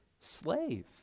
slave